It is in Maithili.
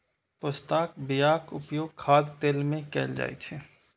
पोस्ताक बियाक उपयोग खाद्य तेल मे कैल जाइ छै